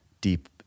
deep